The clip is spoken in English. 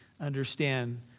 understand